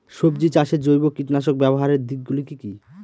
সবজি চাষে জৈব কীটনাশক ব্যাবহারের দিক গুলি কি কী?